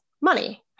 money